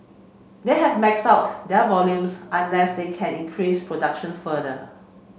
they have maxed out their volumes unless they can increase production further